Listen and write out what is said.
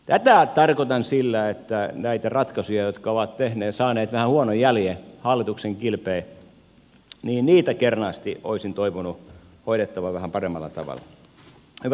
tätä tarkoitan sillä että näitä ratkaisuja jotka ovat saaneet vähän huonon jäljen hallituksen kilpeen olisin kernaasti toivonut hoidettavan vähän paremmalla tavalla